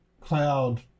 Cloud